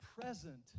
present